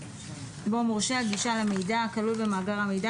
מורשי הגישה למידע הכלול במאגר המידע